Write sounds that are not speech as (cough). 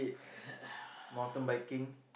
(breath)